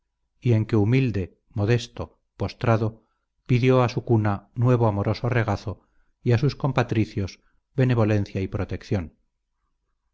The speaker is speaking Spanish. y en que humilde modesto postrado pidió a su cuna nuevo amoroso regazo y a sus compatricios benevolencia y protección